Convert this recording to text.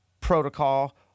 protocol